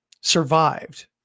survived